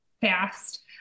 fast